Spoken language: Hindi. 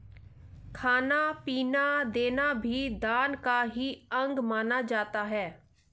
खाना पीना देना भी दान का ही अंग माना जाता है